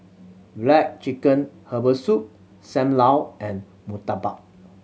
black chicken herbal soup Sam Lau and murtabak